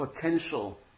potential